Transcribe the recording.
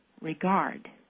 regard